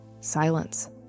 Silence